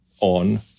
on